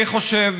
אני חושב,